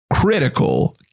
critical